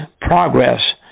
progress